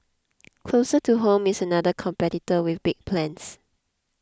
closer to home is another competitor with big plans